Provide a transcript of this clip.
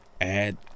Add